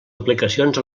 aplicacions